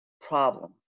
problem